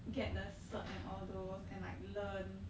get the cert and all those and like learn